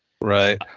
Right